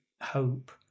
hope